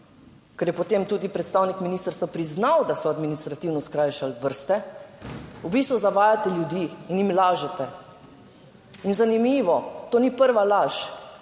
ker je potem tudi predstavnik ministrstva priznal, da so administrativno skrajšali vrste, v bistvu zavajate ljudi in jim lažete. In zanimivo, to ni prva laž,